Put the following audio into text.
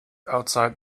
outside